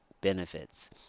benefits